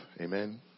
Amen